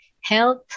health